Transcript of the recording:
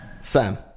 Sam